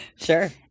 Sure